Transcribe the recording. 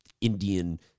Indian